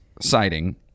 sighting